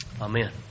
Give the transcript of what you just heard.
Amen